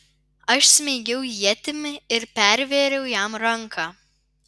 aš smeigiau ietimi ir pervėriau jam ranką